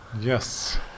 Yes